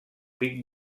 pic